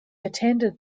attended